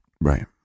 Right